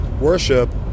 worship